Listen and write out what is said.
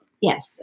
Yes